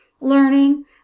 learning